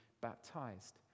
baptized